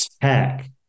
tech